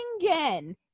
again